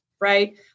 right